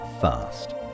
fast